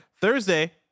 thursday